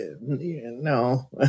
no